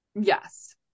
yes